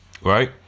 Right